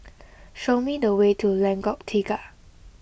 show me the way to Lengkok Tiga